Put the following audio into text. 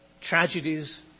tragedies